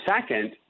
second